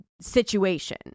situation